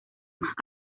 más